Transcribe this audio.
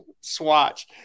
swatch